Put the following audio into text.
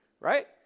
right